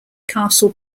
castle